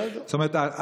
זאת אומרת,